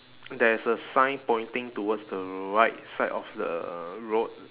there is a sign pointing towards the right side of the road